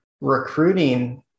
recruiting